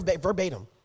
verbatim